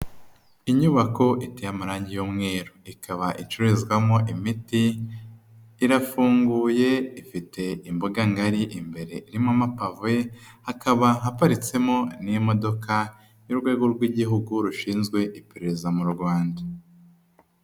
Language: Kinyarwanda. Inyubako iteye amarange y'umweru, ikaba icuruzwamo imiti, irafunguye, ifite imbuga ngari imbere irimo amapave, hakaba haparitsemo n'imodoka y'urwego rw'igihugu rushinzwe iperereza mu Rwanda.